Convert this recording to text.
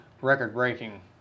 record-breaking